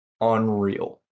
unreal